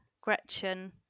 Gretchen